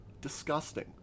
disgusting